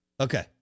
Okay